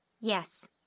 Yes